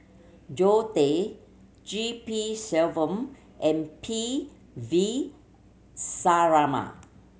Zoe Tay G P Selvam and P V Sharma